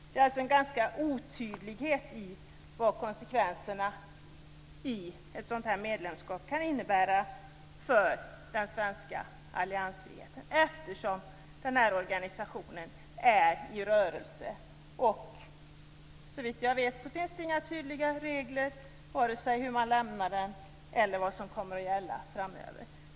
Det finns en stor otydlighet om vilka konsekvenserna blir och vad ett medlemskap kan innebära för den svenska alliansfriheten eftersom organisationen är i rörelse. Såvitt jag vet finns inga tydliga regler för vare sig hur man lämnar den eller vad som kommer att gälla framöver.